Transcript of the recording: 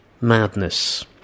madness